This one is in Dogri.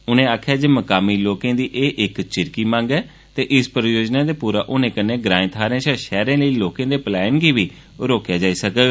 उनें आक्खेया जे मकामी लोकें दी ए चिरकी मंग ऐ ते इस परियोजना दे पूरा होने कन्नै ग्राए थाहरें शा शैहरें लेई लोकें दे पलायन गी बी रोकेया जाई सकुग